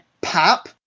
pop